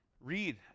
Read